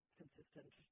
consistent